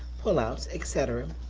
pullouts, et cetera.